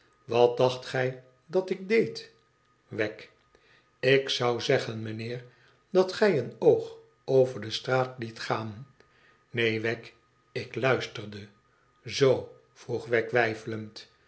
wat dacht gij dat ik deed wegg lik zou zeggen meneer dat gij een oog over de straat liet gaan neen wegg ik luisterde zoo vroeg wegg weifelend